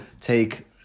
take